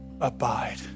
abide